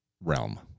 realm